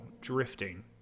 drifting